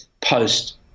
post